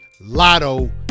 Lotto